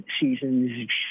seasons